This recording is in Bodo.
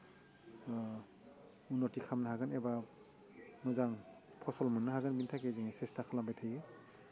उन्नथि खालामनो हागोन एबा मोजां फसल मोननो हागोन बेनि थाखाय जोङो सेस्था खालामबाय थायो